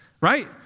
right